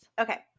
Okay